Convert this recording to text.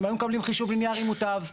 הם היו מקבלים חישוב ליניארי מוטב.